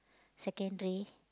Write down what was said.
secondary